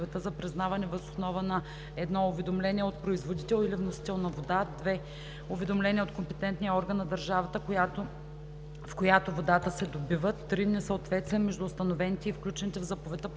за признаване въз основа на: 1. уведомление от производител или вносител на вода; 2. уведомление от компетентния орган на държавата, в която водата се добива; 3. несъответствие между установените и включените в заповедта